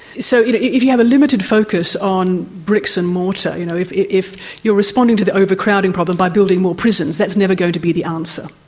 so you know if you have a limited focus on bricks and mortar, you know if if you are responding to the overcrowding problem by building more prisons, that's never going to be the answer.